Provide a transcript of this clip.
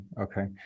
okay